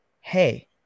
hey